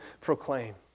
proclaim